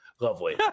Lovely